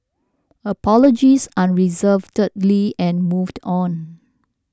apologise unreservedly and moved on